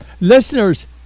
listeners